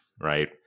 right